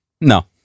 No